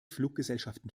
fluggesellschaften